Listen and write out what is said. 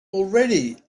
already